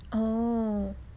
oh